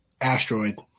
Asteroid